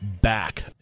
back